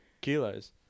Kilos